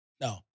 No